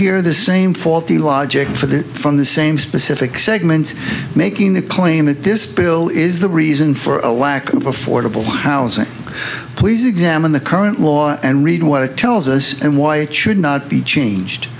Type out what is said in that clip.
hear the same faulty logic for the from the same specific segments making the claim that this bill is the reason for a lack of affordable housing please examine the current law and read what a tells us and why it should not be changed